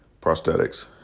prosthetics